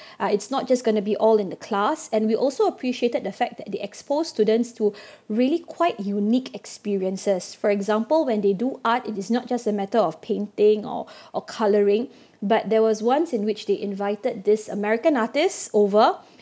uh it's not just gonna be all in the class and we also appreciated the fact that they expose students to really quite unique experiences for example when they do art it is not just a matter of painting or or colouring but there was once in which they invited this american artist over